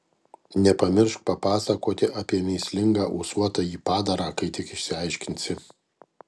nepamiršk papasakoti apie mįslingą ūsuotąjį padarą kai tik išsiaiškinsi